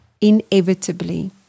inevitably